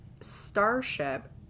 Starship